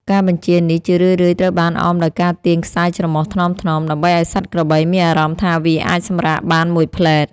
ការបញ្ជានេះជារឿយៗត្រូវបានអមដោយការទាញខ្សែច្រមុះថ្នមៗ ដើម្បីឱ្យសត្វក្របីមានអារម្មណ៍ថាវាអាចសម្រាកបានមួយភ្លេត។